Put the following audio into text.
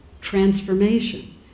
transformation